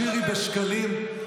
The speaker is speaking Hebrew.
שירי ושקלים.